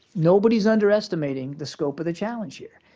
nobody's underestimating the scope of the challenge here.